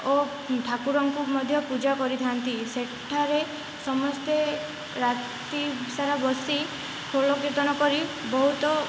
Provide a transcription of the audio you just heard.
ଓ ଠାକୁରଙ୍କୁ ମଧ୍ୟ ପୂଜା କରିଥାନ୍ତି ସେଠାରେ ସମସ୍ତେ ରାତି ସାରା ବସି ଖୋଳ କୀର୍ତ୍ତନ କରି ବହୁତ